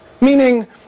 Meaning